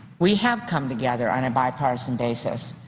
we have come together on a bipartisan basis.